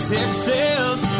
Texas